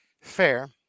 Fair